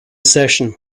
session